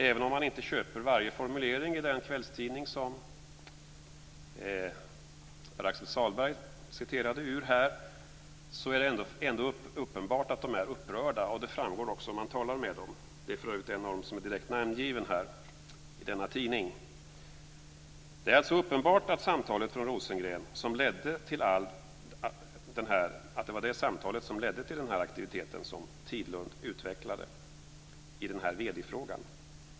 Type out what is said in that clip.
Även om man inte köper varje formulering i den kvällstidning som Pär Axel Sahlberg citerade ur är det ändå uppenbart att de är upprörda. Det framgår också om man talar med dem. En av dem är för övrigt direkt namngiven i denna tidning. Det är alltså uppenbart att det var samtalet från Rosengren som ledde till den aktivitet som Tidlund utvecklade i vd-frågan.